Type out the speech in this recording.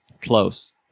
Close